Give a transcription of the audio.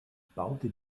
baute